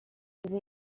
ubu